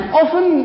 often